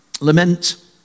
Lament